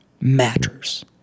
matters